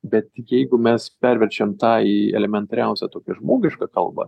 bet jeigu mes perverčiam tą į elementariausią tokią žmogišką kalbą